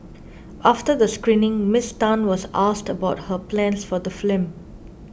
after the screening Miss Tan was asked about her plans for the film